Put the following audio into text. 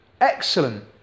excellent